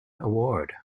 award